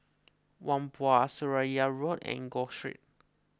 Whampoa Seraya Road Enggor Street